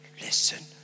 Listen